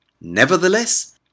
Nevertheless